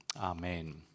Amen